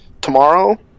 tomorrow